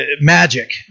magic